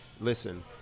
Listen